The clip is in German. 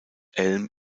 elm